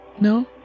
No